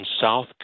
South